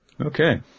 Okay